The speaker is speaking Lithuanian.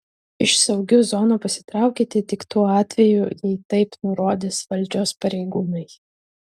iš saugių zonų pasitraukite tik tuo atveju jei taip nurodys valdžios pareigūnai